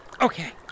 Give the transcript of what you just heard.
Okay